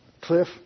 cliff